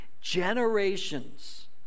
generations